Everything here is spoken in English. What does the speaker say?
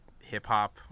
hip-hop